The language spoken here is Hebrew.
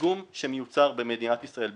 הפיגום שמיוצר במדינת ישראל,